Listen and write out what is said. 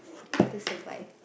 how to survive